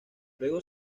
luego